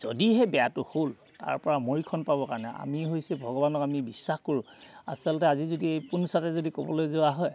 যদিহে বেয়াটো হ'ল তাৰ পৰা মৰিখন পাবৰ কাৰণে আমি হৈছে ভগৱানক আমি বিশ্বাস কৰোঁ আচলতে আজি যদি এই পোনছাতে যদি ক'বলৈ যোৱা হয়